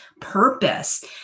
purpose